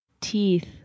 teeth